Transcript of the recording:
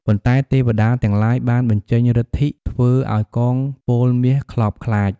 ប៉ុន្តែទេវតាទាំងឡាយបានបញ្ចេញឫទ្ធិធ្វើឲ្យកងពលមារខ្លបខ្លាច។